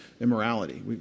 immorality